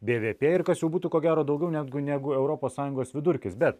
bvp ir kas jau būtų ko gero daugiau negu negu europos sąjungos vidurkis bet